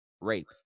rape